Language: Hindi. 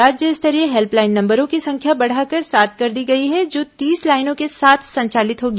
राज्य स्तरीय हेल्पलाइन नंबरो की संख्या बढ़ाकर सात कर दी गई है जो तीस लाइनों के साथ संचालित होगी